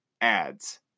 ads